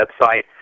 website